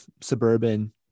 suburban